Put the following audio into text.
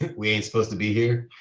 we ain't supposed to be here.